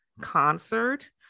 concert